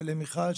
ולמיכל,